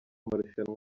marushanwa